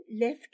left